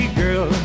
girl